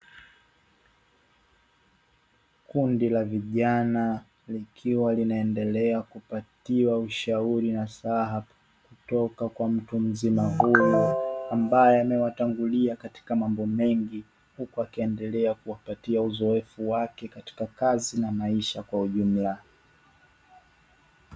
Kundi la vijana likiwa linaendelea kupatiwa ushauri nasaha kutoka kwa mtu mzima huyo ambaye amewatangulia katika mambo mengi huku akiendelea kuwapatia uzoefu wake katika kazi na maisha kwa ujumla.